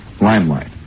Limelight